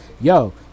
yo